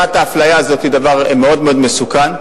יצירת האפליה הזאת היא דבר מאוד מאוד מסוכן,